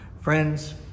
Friends